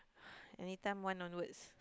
anytime one onwards